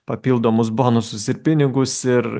papildomus bonusus ir pinigus ir